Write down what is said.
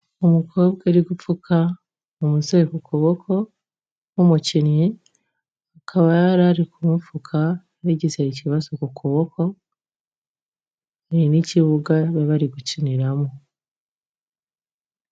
Umukobwa ari gupfuka umusore ku ukuboko nk'umukinnyi akaba yarari kumupfuka bigise ikibazo ku kuboko n'ikibuga bari bari gukiniramo.